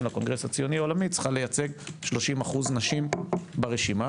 לקונגרס הציוני העולמי צריכה לייצג 30% נשים ברשימה.